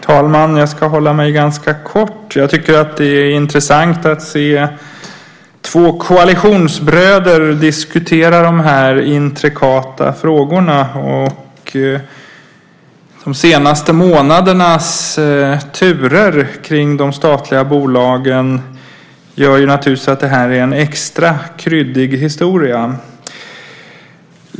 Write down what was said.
Herr talman! Jag ska hålla mig ganska kort. Jag tycker att det är intressant att se två koalitionsbröder diskutera de här intrikata frågorna. De senaste månadernas turer kring de statliga bolagen gör naturligtvis att det här är en extra kryddig historia.